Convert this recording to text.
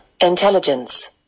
intelligence